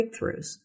breakthroughs